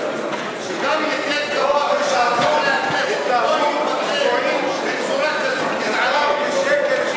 שלא ידברו בצורה כזאת גזענית.